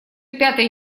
пятой